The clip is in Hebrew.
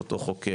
של אותו חוקר,